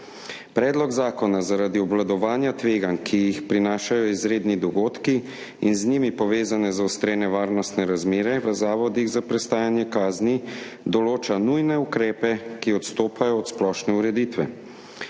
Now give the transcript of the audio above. Predlog zakona zaradi obvladovanja tveganj, ki jih prinašajo izredni dogodki in z njimi povezane zaostrene varnostne razmere, v zavodih za prestajanje kazni določa nujne ukrepe, ki odstopajo od splošne ureditve.